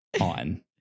on